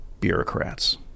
bureaucrats